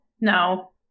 No